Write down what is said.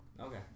okay